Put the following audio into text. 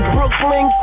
Brooklyn